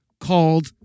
called